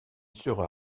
sera